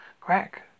crack